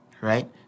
Right